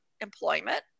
employment